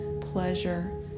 pleasure